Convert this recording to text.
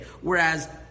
Whereas